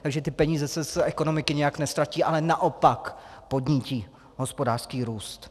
Takže ty peníze se z ekonomiky nijak neztratí, ale naopak podnítí hospodářský růst.